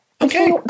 Okay